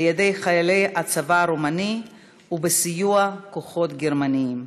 בידי חיילי הצבא הרומני ובסיוע כוחות גרמניים.